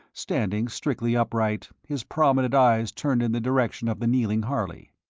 standing strictly upright, his prominent eyes turned in the direction of the kneeling harley.